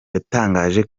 yatangaje